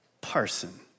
Parson